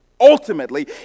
ultimately